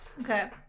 okay